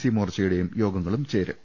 C മോർച്ചയുടെയും യോഗങ്ങളും ചേരും